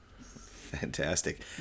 Fantastic